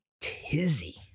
tizzy